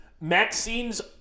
Maxine's